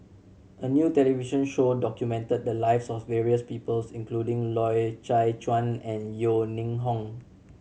a new television show documented the lives of various people's including Loy Chye Chuan and Yeo Ning Hong